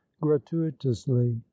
gratuitously